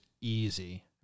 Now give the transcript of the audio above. easy